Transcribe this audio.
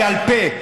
בעל פה,